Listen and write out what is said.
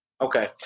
Okay